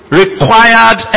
required